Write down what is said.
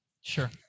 sure